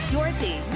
Dorothy